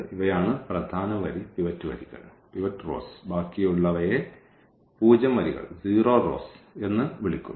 ഇവയാണ് പ്രധാന വരി പിവറ്റ് വരികൾ ബാക്കിയുള്ളവയെ പൂജ്യം വരികൾ എന്ന് വിളിക്കുന്നു